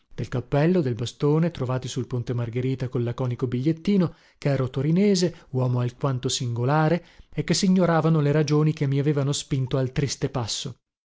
del cappello del bastone trovati sul ponte margherita col laconico bigliettino chero torinese uomo alquanto singolare e che signoravano le ragioni che mi avevano spinto al triste passo